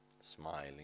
smiling